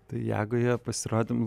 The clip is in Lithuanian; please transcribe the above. tai jagoje pasirodym